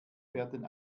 werden